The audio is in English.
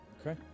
Okay